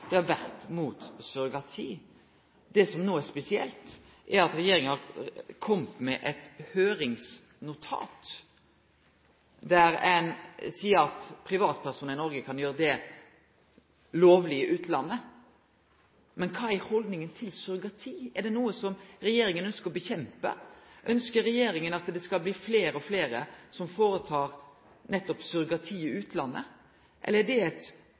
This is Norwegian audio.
vore imot surrogati. Det som no er spesielt, er at regjeringa har kome med eit høyringsnotat der ein seier at privatpersonar i Noreg kan gjere dette lovleg i utlandet. Men kva er haldninga til surrogati? Er det noko som regjeringa ønskjer å kjempe imot? Ønskjer regjeringa at det skal bli fleire og fleire som får utført nettopp surrogati i utlandet? Eit så viktig verdispørsmål må jo regjeringa ha teke eit